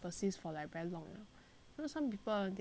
so some people they like very hardcore they like